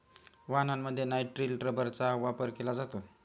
वाहनांमध्ये नायट्रिल रबरचा वापर केला जातो